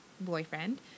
boyfriend